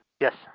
Yes